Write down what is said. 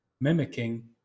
mimicking